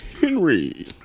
Henry